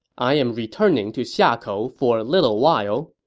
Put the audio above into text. i am returning to xiakou for a little while.